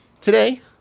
today